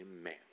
amen